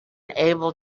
able